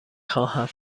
خواهم